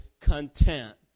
content